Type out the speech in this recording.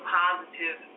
positive